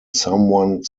someone